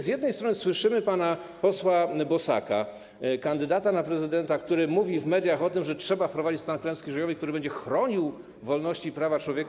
Z jednej strony słyszymy pana posła Bosaka, kandydata na prezydenta, który mówi w mediach o tym, że trzeba wprowadzić stan klęski żywiołowej, który będzie chronił wolności i prawa człowieka.